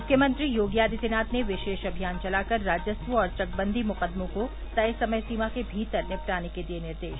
मुख्यमंत्री योगी आदित्यनाथ ने विशेष अभियान चलाकर राजस्व और चकबंदी मुकदमों को तय समय सीमा के भीतर निपटाने के दिये निर्देश